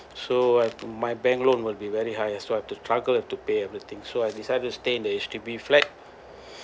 so I've my bank loan will be very high so I've to struggle and to pay everything so I decided to stay in the H_D_B flat